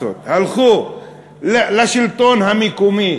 הלכו לשלטון המקומי,